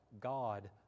God